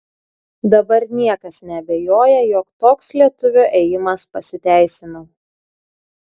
dabar niekas neabejoja jog toks lietuvio ėjimas pasiteisino